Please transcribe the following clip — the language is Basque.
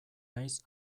naiz